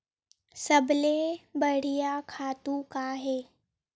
सबले बढ़िया खातु का हे?